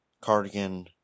Cardigan